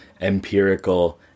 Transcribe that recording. empirical